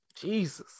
Jesus